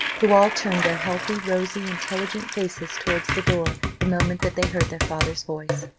who all turned their healthy, rosy, intelligent faces towards the door, the moment that they heard their father's voice.